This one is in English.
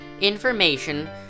information